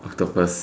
octopus